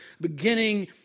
beginning